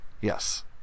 Yes